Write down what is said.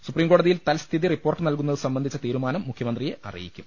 സുപ്രീംകോ ടതിയിൽ തൽസ്ഥിതി റിപ്പോർട്ട് നൽകുന്നതു സംബ ന്ധിച്ച തീരുമാനം മുഖ്യമന്ത്രിയെ അറിയിക്കും